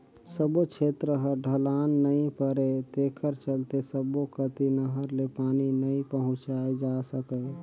सब्बो छेत्र ह ढलान नइ परय तेखर चलते सब्बो कति नहर ले पानी नइ पहुंचाए जा सकय